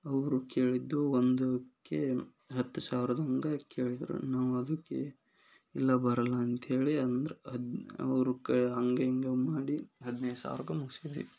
ಅವರು ಕೇಳಿದ್ದು ಒಂದಕ್ಕೆ ಹತ್ತು ಸಾವಿರದೊಂದು ಕೇಳಿದರು ನಾವು ಅದಕ್ಕೆ ಇಲ್ಲ ಬರಲ್ಲ ಅಂತ್ಹೇಳಿ ಅಂದ್ರೆ ಅದು ಅವ್ರುಕ್ಕ ಹಾಗೆ ಹೀಗೆ ಮಾಡಿ ಹದಿನೈದು ಸಾವಿರಕ್ಕೆ ಮುಗಿಸಿದ್ವಿ